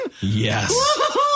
Yes